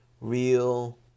real